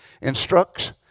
instructs